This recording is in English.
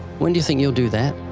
when do you think you'll do that?